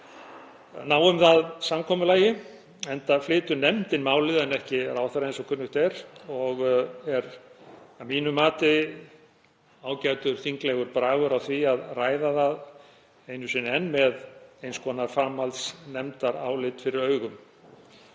ná um það samkomulagi, enda flytur nefndin málið en ekki ráðherra eins og kunnugt er. Að mínu mati er ágætur þinglegur bragur á því að ræða það einu sinni enn með eins konar framhaldsnefndarálit fyrir augum.